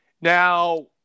Now